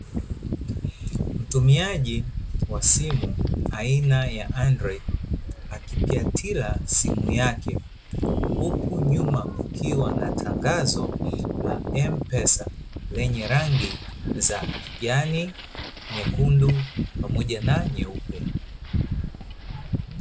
Mtumiaji wa simu anina ya adroidi akiplaitila simu yake huku nyuma kukiwa na tangazo la M pesa lenye rangi za kijani, nyekundu pamoja na nyeupe.